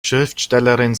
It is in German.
schriftstellerin